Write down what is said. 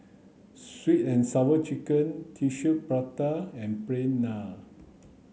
sweet and sour chicken tissue prata and plain naan